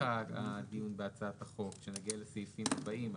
הדיון בהצעת החוק עת נגיע לסעיפים הבאים,